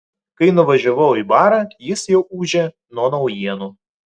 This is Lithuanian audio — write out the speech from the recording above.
kai nuvažiavau į barą jis jau ūžė nuo naujienų